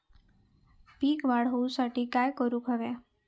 पीक वाढ होऊसाठी काय करूक हव्या?